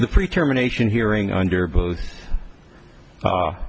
the free terminations hearing under